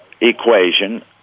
equation